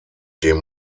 dem